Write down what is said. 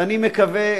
ואני מקווה,